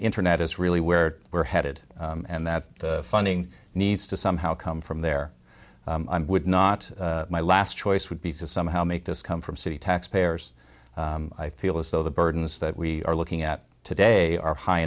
internet is really where we're headed and that the funding needs to somehow come from there would not my last choice would be to somehow make this come from city taxpayers i feel as though the burdens that we are looking at today are high